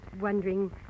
wondering